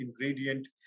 ingredient